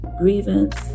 grievance